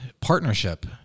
partnership